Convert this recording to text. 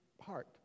heart